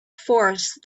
force